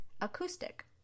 acoustic